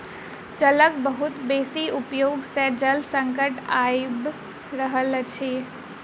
जलक बहुत बेसी उपयोग सॅ जल संकट आइब रहल अछि